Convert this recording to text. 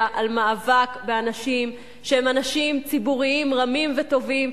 על מאבק באנשים שהם אנשי ציבור רמים וטובים.